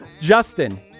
Justin